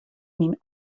myn